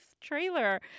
trailer